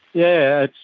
yeah,